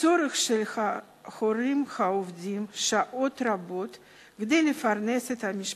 צורך של ההורים העובדים לעבוד שעות רבות כדי לפרנס את המשפחה,